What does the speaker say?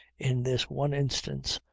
in this one instance,